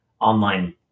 online